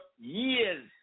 years